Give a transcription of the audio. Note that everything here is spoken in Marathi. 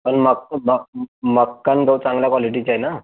पन मक्क मक्क मक्का आणि गहू चांगल्या क्वॉलिटीचे आहे ना